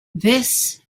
this